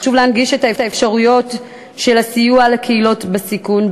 חשוב להנגיש את האפשרויות של הסיוע לקהילות בסיכון,